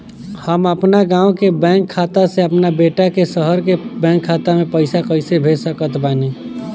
हम अपना गाँव के बैंक खाता से अपना बेटा के शहर के बैंक खाता मे पैसा कैसे भेज सकत बानी?